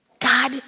God